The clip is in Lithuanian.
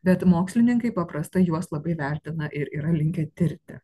bet mokslininkai paprastai juos labai vertina ir yra linkę tirti